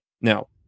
now